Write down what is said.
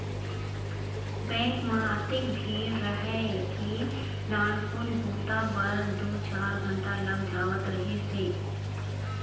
bank म अतेक भीड़ रहय के नानकुन बूता बर दू चार घंटा लग जावत रहिस हे